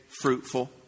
fruitful